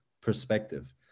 perspective